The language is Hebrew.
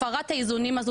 הפרת האיזונים הזאת